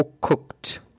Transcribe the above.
cooked